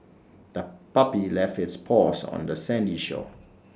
the puppy left its paws on the sandy shore